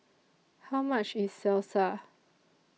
How much IS Salsa